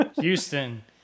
Houston